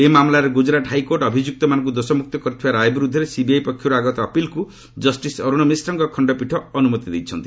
ଏହି ମାମଲାରେ ଗୁଜରାଟ୍ ହାଇକୋର୍ଟ ଅଭିଯୁକ୍ତମାନଙ୍କୁ ଦୋଷମୁକ୍ତ କରିଥିବା ରାୟ ବିରୁଦ୍ଧରେ ସିବିଆଇ ପକ୍ଷରୁ ଆଗତ ଅପିଲ୍କୁ ଜଷ୍ଟିସ୍ ଅରୁଣ ମିଶ୍ରଙ୍କ ଖଣ୍ଡପୀଠ ଅନୁମତି ଦେଇଛନ୍ତି